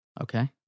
Okay